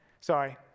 Sorry